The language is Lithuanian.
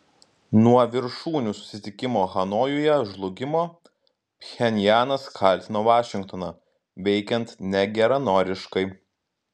nuo viršūnių susitikimo hanojuje žlugimo pchenjanas kaltino vašingtoną veikiant negeranoriškai